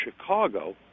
Chicago